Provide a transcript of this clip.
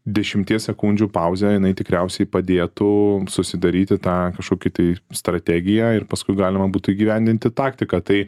dešimties sekundžių pauzę jinai tikriausiai padėtų susidaryti tą kažkokį tai strategiją ir paskui galima būtų įgyvendinti taktiką tai